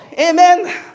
Amen